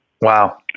Wow